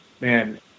man